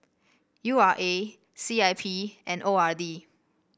U R A C I P and O R D